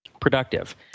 productive